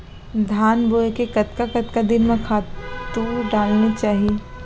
धान बोए के कतका कतका दिन म खातू डालना चाही?